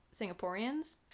Singaporeans